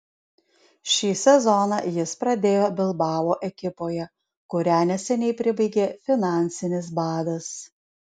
šį sezoną jis pradėjo bilbao ekipoje kurią neseniai pribaigė finansinis badas